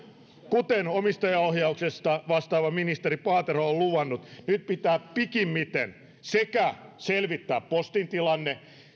kuten omistajaohjauksesta vastaava ministeri paatero on luvannut nyt pitää pikimmiten selvittää postin tilanne